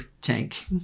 tank